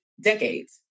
decades